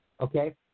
okay